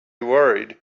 worried